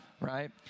right